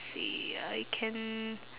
~s ya I can